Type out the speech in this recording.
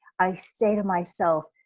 i say to myself,